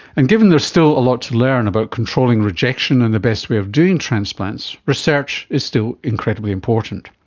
and given there's still a lot to learn about controlling rejection and the best way of doing transplants, research is still incredibly important.